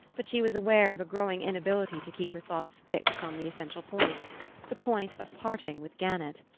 but she was aware of a growing inability to keep her thoughts fixed on the essential point the point of parting with gannett.